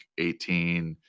18